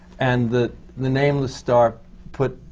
and the name-of-the-star put